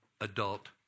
adult